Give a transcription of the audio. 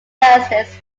dances